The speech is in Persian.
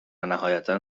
نهایتا